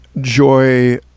joy